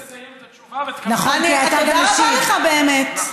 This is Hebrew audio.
אני אתן לך לסיים את התשובה, תודה רבה לך, באמת.